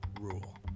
rule